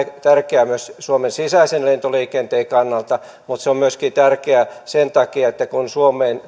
tärkeää suomen sisäisen lentoliikenteen kannalta mutta se on tärkeää myöskin sen takia että kun suomeen